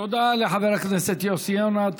תודה לחבר הכנסת יוסי יונה.